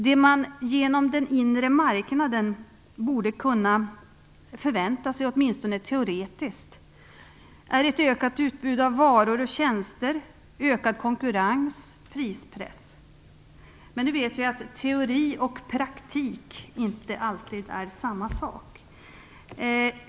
Det som man genom den inre marknaden borde kunna förvänta sig åtminstone teoretiskt är ett ökat utbud av varor och tjänster, ökad konkurrens och prispress. Men vi vet att teori och praktik inte alltid är samma sak.